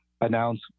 announce